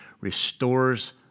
restores